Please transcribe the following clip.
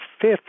fifth